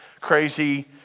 crazy